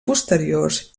posteriors